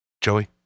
Joey